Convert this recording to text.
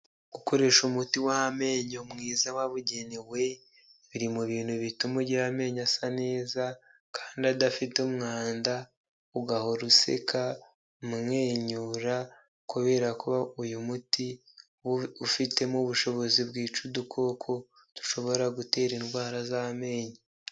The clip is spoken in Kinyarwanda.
Gukoresha umuti w'amenyo mwiza wababugenewe biri mu bintu bituma ugira amenyayo asa neza kandi adafite umwanda ugahora useka umwenyura kubera ko uyu muti ufitemo ubushobozi bwica udukoko dushobora gutera indwara z'amenyo.